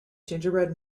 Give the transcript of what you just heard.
gingerbread